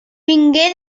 vingué